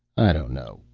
i don't know,